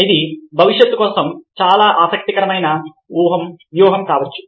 ఇది భవిష్యత్తు కోసం చాలా ఆసక్తికరమైన వ్యూహం కావచ్చు